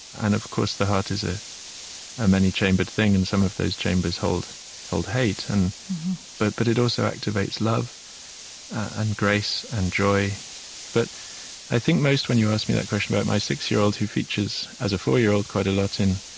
and of course, the heart is a a many-chambered thing, and some of those chambers hold hold hate. but but it also activates love and grace and joy but i think most, when you ask me that question, about my six-year-old, who features as a four-year-old quite a lot in